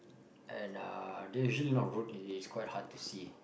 and uh they usually not rude and is quite hard to see